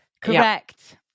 Correct